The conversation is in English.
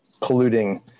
polluting